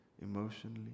emotionally